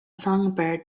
songbird